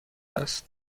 است